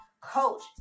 Coach